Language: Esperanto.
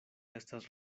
estas